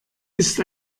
ist